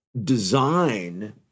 design